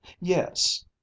Yes